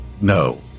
No